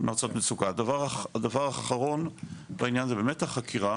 הדבר האחרון בעניין הזה, זה באמת החקירה.